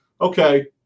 okay